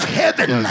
heaven